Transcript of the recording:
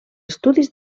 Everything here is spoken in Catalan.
estudis